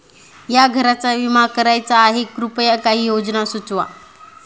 या घराचा विमा करायचा आहे कृपया काही योजना सुचवा